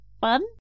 fun